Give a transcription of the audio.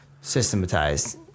systematized